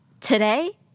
today